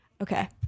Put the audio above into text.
okay